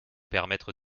permettre